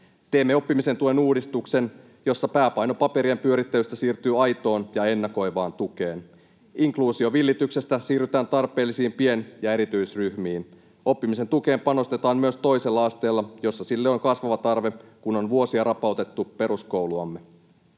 Teemme oppimisen tuen uudistuksen, jossa pääpaino siirtyy paperien pyörittelystä aitoon ja ennakoivaan tukeen. Inkluusiovillityksestä siirrytään tarpeellisiin pien- ja erityisryhmiin. Oppimisen tukeen panostetaan myös toisella asteella, missä sille on kasvava tarve, kun peruskouluamme